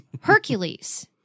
Hercules